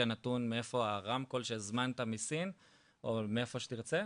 נתון איפה הרמקול שהזמנת מסין או מאיפה שתרצה,